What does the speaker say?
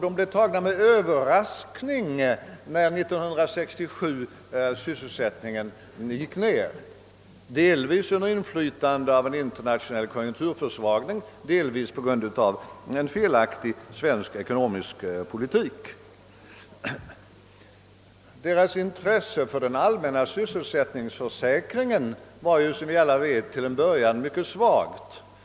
De blev tagna med överraskning när sysselsättningen 1967 gick ned delvis under inflytande av en internationell konjunkturförsvagning, delvis på grund av en felaktig svensk ekonomisk politik. Deras intresse för den allmänna sysselsättningsförsäkringen var till en början, som vi alla vet, mycket svalt.